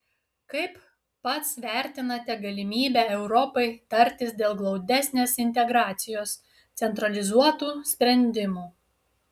kaip pats vertinate galimybę europai tartis dėl glaudesnės integracijos centralizuotų sprendimų